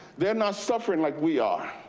they're not suffering like we are.